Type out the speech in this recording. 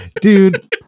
Dude